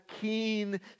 keen